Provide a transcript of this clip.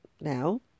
Now